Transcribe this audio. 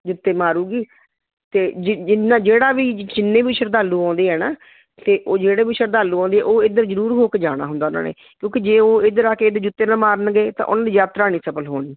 ਜੁੱਤੇ ਮਾਰੇਗੀ ਅਤੇ ਜਿ ਜਿੰਨਾ ਜਿਹੜਾ ਵੀ ਜਿੰਨੇ ਵੀ ਸ਼ਰਧਾਲੂ ਆਉਂਦੇ ਆ ਨਾ ਅਤੇ ਉਹ ਜਿਹੜੇ ਵੀ ਸ਼ਰਧਾਲੂ ਆਉਂਦੇ ਉਹ ਇੱਧਰ ਜ਼ਰੂਰ ਹੋ ਕੇ ਜਾਣਾ ਹੁੰਦਾ ਉਹਨਾਂ ਨੇ ਕਿਉਂਕਿ ਜੇ ਉਹ ਇੱਧਰ ਆ ਕੇ ਇਹਦੇ ਜੁੱਤੇ ਨਾ ਮਾਰਨਗੇ ਤਾਂ ਉਹਨਾਂ ਦੀ ਯਾਤਰਾ ਨਹੀਂ ਸਫਲ ਹੋਣੀ